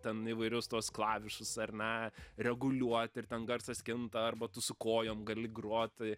ten įvairius tuos klavišus ar ne reguliuot ir ten garsas kinta arba tu su kojom gali grot